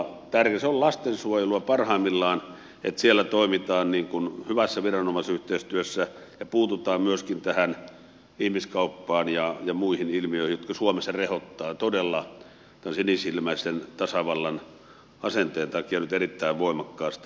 se on lastensuojelua parhaimmillaan että siellä toimitaan hyvässä viranomaisyhteistyössä ja puututaan myöskin tähän ihmiskauppaan ja muihin ilmiöihin jotka suomessa rehottavat todella tämän sinisilmäisten tasavallan asenteen takia nyt erittäin voimakkaasti